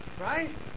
Right